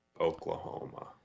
Oklahoma